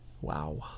Wow